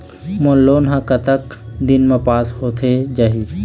मोर loan हा कतक दिन मा पास होथे जाही?